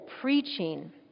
preaching